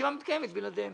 הישיבה מתקיימת בלעדיהם.